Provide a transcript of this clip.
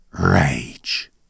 rage